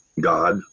God